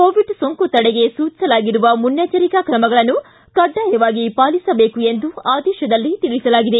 Covid ಸೋಂಕು ತಡೆಗೆ ಸೂಚಿಸಲಾಗಿರುವ ಮುನ್ನೆಚ್ಚರಿಕಾ ಕ್ರಮಗಳನ್ನು ಕಡ್ಡಾಯವಾಗಿ ಪಾಲಿಸಬೇಕು ಎಂದು ಆದೇಶದಲ್ಲಿ ತಿಳಿಸಲಾಗಿದೆ